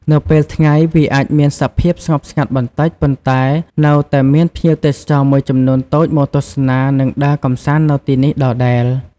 នៅពេលថ្ងៃ វាអាចមានសភាពស្ងប់ស្ងាត់បន្តិច ប៉ុន្តែនៅតែមានភ្ញៀវទេសចរមួយចំនួនតូចមកទស្សនា និងដើរកម្សាន្ដនៅទីនេះដដែល។